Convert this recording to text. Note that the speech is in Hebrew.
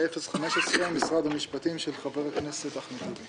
08015, משרד המשפטים, של חבר הכנסת אחמד טיבי.